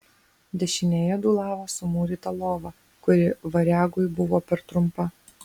dešinėje dūlavo sumūryta lova kuri variagui buvo per trumpa